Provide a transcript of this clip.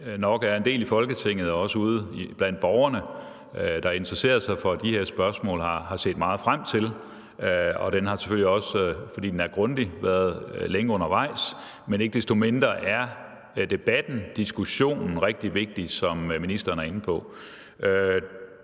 os for, og det gør man nok også ude blandt borgerne, altså de her spørgsmål, og har set meget frem til den. Og den har selvfølgelig også, fordi den er grundig, været længe undervejs. Men ikke desto mindre er debatten og diskussionen rigtig vigtig, som ministeren er inde på.